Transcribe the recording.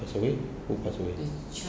pass away who pass away